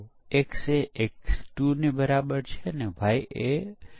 black box પરીક્ષણના પરિણામ દ્વારા માર્ગદર્શિત નો અર્થ શું છે